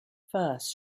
first